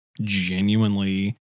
genuinely